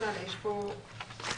פה,